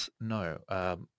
No